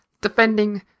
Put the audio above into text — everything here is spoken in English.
defending